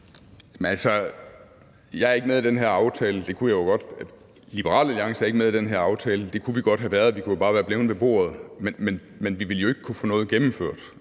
Ole Birk Olesen (LA): Men altså, Liberal Alliance er ikke med i den her aftale. Det kunne vi godt have været, vi kunne bare være blevet ved bordet, men vi ville jo ikke kunne få noget af det,